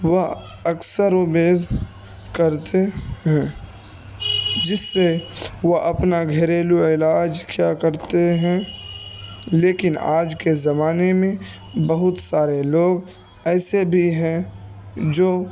وہ اکثر و بیز کرتے ہیں جس سے وہ اپنا گھریلو علاج کیا کرتے ہیں لیکن آج کے زمانے میں بہت سارے لوگ ایسے بھی ہیں جو